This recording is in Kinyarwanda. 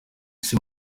ese